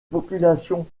populations